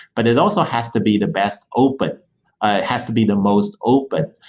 but it also has to be the best open. ah it has to be the most open.